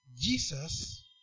Jesus